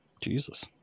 Jesus